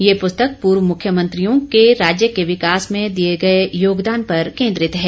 ये पुस्तक पूर्व मुख्यमंत्रियों के राज्य के विकास में दिये गये योगदान पर केंद्रित है